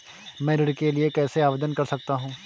मैं ऋण के लिए कैसे आवेदन कर सकता हूं?